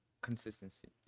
consistency